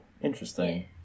Interesting